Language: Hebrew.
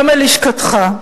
גם ללשכתך.